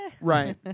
Right